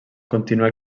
continuà